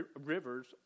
rivers